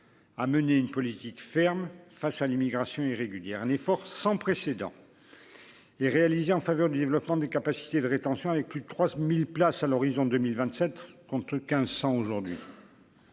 à mener une politique ferme face à l'immigration irrégulière, un effort sans précédent et réalisé en faveur du développement des capacités de rétention avec plus de 300000 places à l'horizon 2027 contre 1500 aujourd'hui